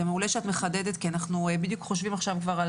זה מעולה שאת מחדדת כי אנחנו בדיוק חושבים עכשיו כבר על